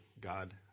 God